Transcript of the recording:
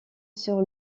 sur